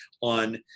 on